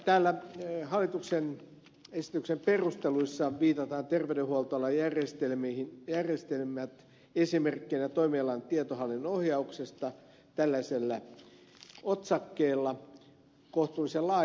täällä hallituksen esityksen perusteluissa viitataan terveydenhuoltoalan järjestelmiin esimerkkeinä toimialan tietohallinnon ohjauksesta tällaisella otsakkeella kohtuullisen laajasti